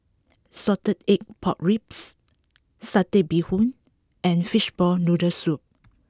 Salted Egg Pork Ribs Satay Bee Hoon and Fishball Noodle Soup